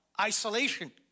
isolation